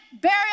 burial